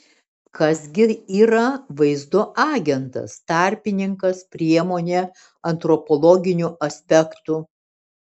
kas gi yra vaizdo agentas tarpininkas priemonė antropologiniu aspektu